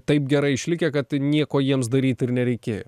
taip gerai išlikę kad nieko jiems daryt ir nereikėjo